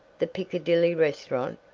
the piccadilly restaurant?